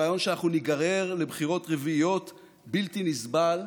הרעיון שאנחנו ניגרר לבחירות רביעיות בלתי נסבל.